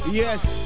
yes